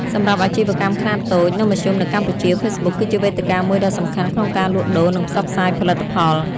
សម្រាប់អាជីវកម្មខ្នាតតូច និងមធ្យមនៅកម្ពុជា ហ្វេសប៊ុកគឺជាវេទិកាមួយដ៏សំខាន់ក្នុងការលក់ដូរ និងផ្សព្វផ្សាយផលិតផល។